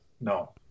No